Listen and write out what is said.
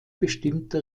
bestimmte